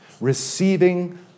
receiving